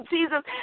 Jesus